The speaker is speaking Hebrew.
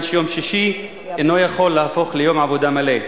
שיום שישי אינו יכול להפוך ליום עבודה מלא.